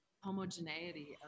homogeneity